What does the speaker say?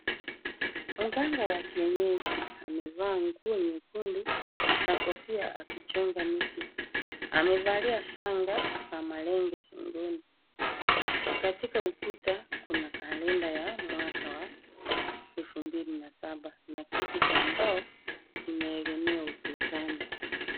Mganga wa kienyeji amevaa nguo nyekundu na kofia akichonga mti. Amevalia shanga za malenge shingoni. Katika ukuta kuna kalenda ya mwaka wa 2007 na kiti cha mbao kimeegemea ukutani.